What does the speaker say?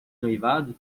noivado